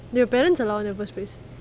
do your parents allow in the first place